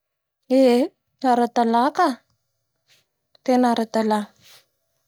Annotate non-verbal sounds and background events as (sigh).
Eee (noise) ara-dalà ka da tena ara-dalà.